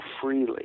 freely